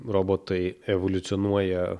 robotai evoliucionuoja